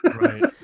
Right